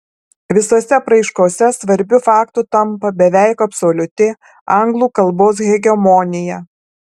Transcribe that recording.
visose apraiškose svarbiu faktu tampa beveik absoliuti anglų kalbos hegemonija